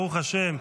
ברוך השם,